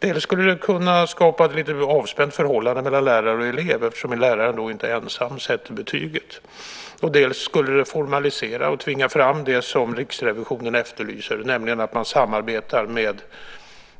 Dels skulle det kunna skapa ett lite mer avspänt förhållande mellan lärare och elever eftersom läraren då inte ensam sätter betyget, dels skulle det formalisera och tvinga fram det som Riksrevisionen efterlyser, nämligen att man samarbetar med